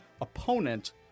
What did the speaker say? opponent